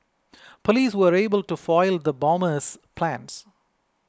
police were able to foil the bomber's plans